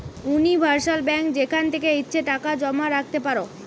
universal bank যেখান থেকে ইচ্ছে টাকা জমা রাখতে পারো